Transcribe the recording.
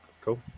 cool